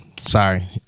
sorry